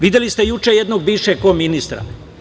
Videli ste juče jednog bivšeg ministra.